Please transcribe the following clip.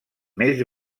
més